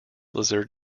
lizard